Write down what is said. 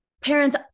Parents